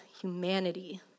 humanity